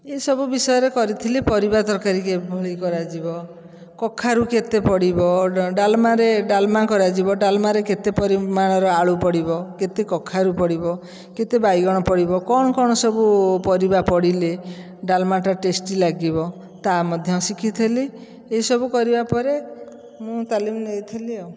ଏସବୁ ବିଷୟରେ କରିଥିଲି ପାରିବା ତରକାରୀ କିଭଳି କରାଯିବ କଖାରୁ କେତେ ପଡ଼ିବ ଡାଲମାରେ ଡାଲମା କରାଯିବ ଡାଲମାରେ କେତେ ପରିମାଣର ଆଳୁ ପଡ଼ିବ କେତେ କଖାରୁ ପଡ଼ିବ କେତେ ବାଇଗଣ ପଡ଼ିବ କ'ଣ କ'ଣ ସବୁ ପରିବା ପଡ଼ିଲେ ଡାଲମାଟା ଟେଷ୍ଟି ଲାଗିବ ତାହା ମଧ୍ୟ ଶିଖିଥିଲି ଏହିସବୁ କରିବା ପରେ ମୁଁ ତାଲିମ ନେଇଥିଲି ଆଉ